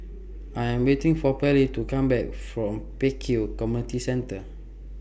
I Am waiting For Pallie to Come Back from Pek Kio Community Centre